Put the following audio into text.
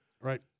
Right